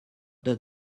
does